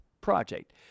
project